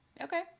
Okay